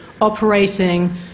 operating